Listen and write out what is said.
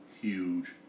huge